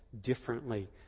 differently